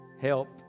help